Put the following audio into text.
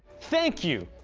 thank you!